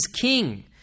king